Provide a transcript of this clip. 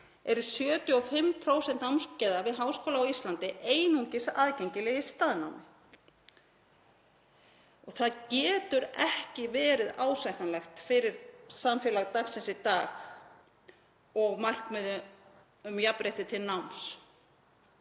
eru 75% námskeiða við háskóla á Íslandi einungis aðgengileg í staðnámi. Það getur ekki verið ásættanlegt fyrir samfélag dagsins í dag og markmið um jafnrétti til náms,